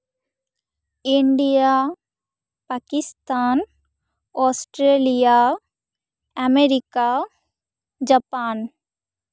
India Pakistan Australia America Japan